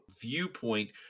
viewpoint